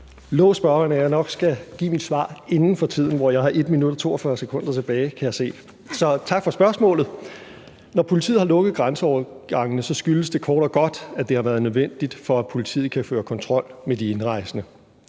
spørgeren, at jeg nok skal give mit svar inden for tiden, og jeg kan se, at jeg har 1 minut og 42 sekunder tilbage, så tak for spørgsmålet. Når politiet har lukket grænseovergangene, skyldes det kort og godt, at det har været nødvendigt for, at politiet kan føre kontrol med de indrejsende.